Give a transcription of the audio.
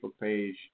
page